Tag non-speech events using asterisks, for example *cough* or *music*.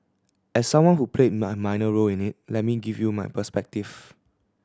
as someone who played *unintelligible* minor role in it let me give you my perspective